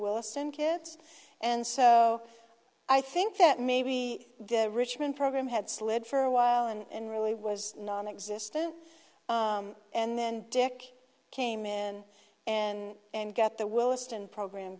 wilson kids and so i think that maybe the richmond program had slid for a while and really was nonexistent and then dick came in and and get the willesden program